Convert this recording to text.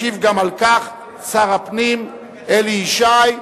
ישיב גם על כך שר הפנים אלי ישי,